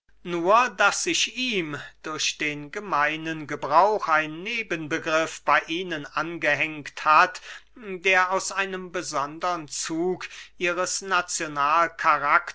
nur daß sich ihm durch den gemeinen gebrauch ein nebenbegriff bey ihnen angehängt hat der aus einem besondern zug ihres